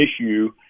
issue